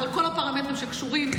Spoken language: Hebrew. בכל הפרמטרים שקשורים,